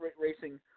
racing